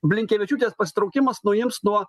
blinkevičiūtės pasitraukimas nuims nuo